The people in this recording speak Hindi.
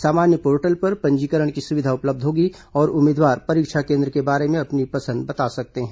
सामान्य पोर्टल पर पंजीकरण की सुविधा उपलब्ध होगी और उम्मीदवार परीक्षा केंद्र के बारे में अपनी पसंद बता सकते हैं